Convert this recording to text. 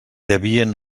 devien